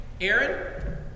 Aaron